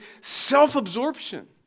self-absorption